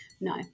no